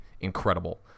incredible